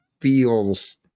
feels